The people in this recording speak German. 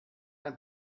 ein